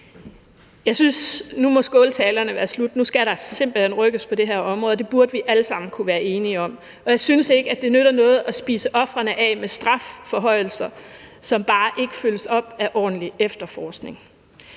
må være slut med skåltalerne nu; nu skal der simpelt hen rykkes på det her område, og det burde vi alle sammen kunne være enige om. Jeg synes ikke, at det nytter noget at spise ofrene af med strafforhøjelser, som bare ikke følges op af ordentlig efterforskning.